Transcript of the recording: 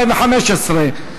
התשע"ו 2015,